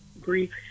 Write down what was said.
Grief